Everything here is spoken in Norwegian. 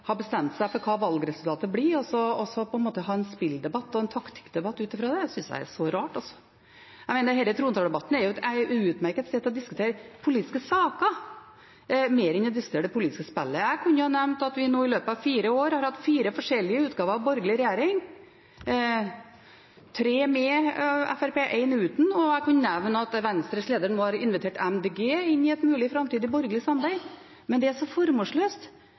bestemt seg for hva valgresultatet blir, og så på en måte ha en spilldebatt og en taktikkdebatt ut fra det. Det synes jeg er rart. Jeg mener at trontaledebatten er et utmerket sted for å diskutere politiske saker, mer enn å diskutere det politiske spillet. Jeg kunne ha nevnt at vi i løpet av fire år har hatt fire forskjellige utgaver av borgerlig regjering, tre med Fremskrittspartiet og én uten. Jeg kunne nevnt at Venstres leder nå har invitert Miljøpartiet De Grønne inn i et mulig framtidig borgerlig samarbeid. Men det er så formålsløst,